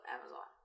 Amazon